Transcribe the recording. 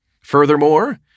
Furthermore